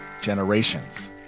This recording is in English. Generations